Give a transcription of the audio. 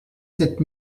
sept